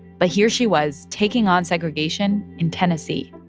but here she was taking on segregation in tennessee